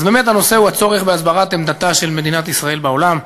אז באמת הנושא הוא הצורך בהסברת עמדתה של מדינת ישראל בעולם.